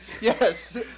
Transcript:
Yes